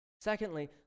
Secondly